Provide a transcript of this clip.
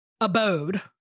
abode